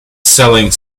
selling